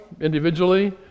individually